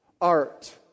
art